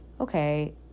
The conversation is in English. okay